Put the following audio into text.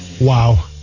wow